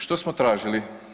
Što smo tražili?